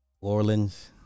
Orleans